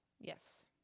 Yes